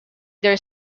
their